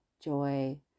joy